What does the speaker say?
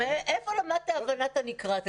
מאיפה למדת הבנת הנשמע?